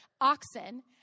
oxen